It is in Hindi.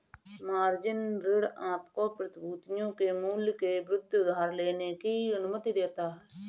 मार्जिन ऋण आपको प्रतिभूतियों के मूल्य के विरुद्ध उधार लेने की अनुमति देता है